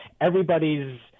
Everybody's